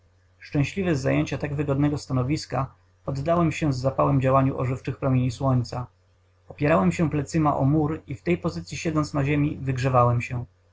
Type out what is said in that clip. z zajęcia tak wygodnego stanowiska poddałem się z zapałem działaniu ożywczych promieni słońca opierałem się plecyma o mur i w tej pozycyi siedząc na ziemi wygrzewałem się